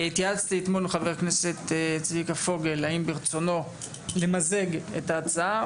התייעצתי אתמול עם חבר הכנסת צביקה פוגל האם ברצונו למזג את ההצעה.